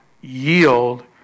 yield